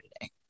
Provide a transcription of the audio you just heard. today